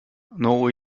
now